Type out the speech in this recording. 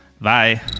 Bye